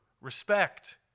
Respect